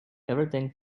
everything